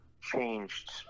changed